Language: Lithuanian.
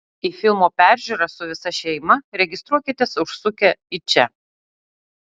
į filmo peržiūrą su visa šeima registruokitės užsukę į čia